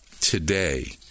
today